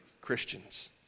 Christians